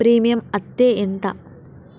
Premium అత్తే ఎంత?